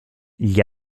gli